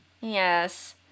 yes